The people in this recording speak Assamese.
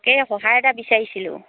সহায় এটা বিচাৰিছিলোঁ